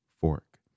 fork